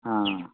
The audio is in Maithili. हँ